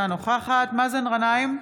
אינה נוכחת מאזן גנאים,